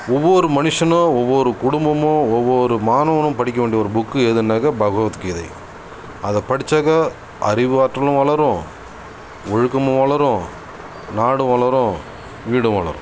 ஒவ்வொரு மனுஷனும் ஒவ்வொரு குடும்பமும் ஒவ்வொரு மாணவனும் படிக்க வேண்டிய புக்கு எதுன்னா பகவத் கீதை அதை படிச்சுதான் அறிவு ஆற்றலும் வளரும் ஒழுக்கமும் வளரும் நாடும் வளரும் வீடும் வளரும்